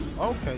Okay